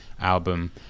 album